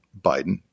Biden